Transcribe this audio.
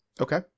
Okay